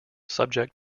subject